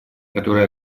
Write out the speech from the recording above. которые